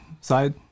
side